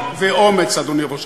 ולמען הנכדים שלנו.